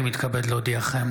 אני מתכבד להודיעכם,